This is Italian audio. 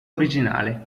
originale